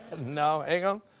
no hingham?